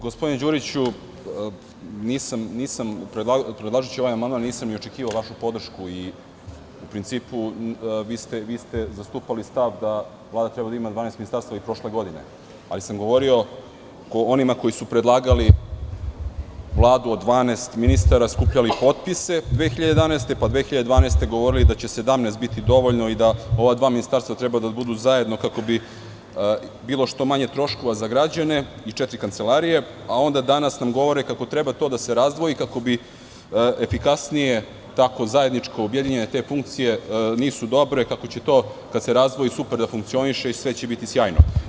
Gospodine Đuriću, predlažući ovaj amandman nisam ni očekivao vašu podršku i u principu vi ste zastupali stav da Vlada treba da ima 12 ministarstava i prošle godine, ali sam govorio o onima koji su predlagali Vladu od 12 ministara, skupljali potpise 2011, pa 2012. godine govorili da će 17 biti dovoljno i da ova dva ministarstva treba da budu zajedno, kako bi bilo što manje troškova za građane i četiri kancelarije, a onda danas nam govore kako treba to da se razdvoji kako bi efikasnije, tako zajedničko objedinjene te funkcije nisu dobre, kako će to kad se razdvoji super da funkcioniše i sve će biti sjajno.